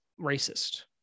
racist